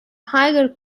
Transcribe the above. higher